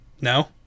No